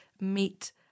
meet